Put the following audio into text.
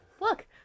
Look